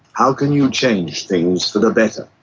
how can you change things for the better?